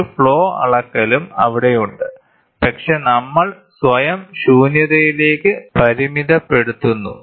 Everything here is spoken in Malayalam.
ഒരു ഫ്ലോ അളക്കലും അവിടെയുണ്ട് പക്ഷേ നമ്മൾ സ്വയം ശൂന്യതയിലേക്ക് പരിമിതപ്പെടുത്തുന്നു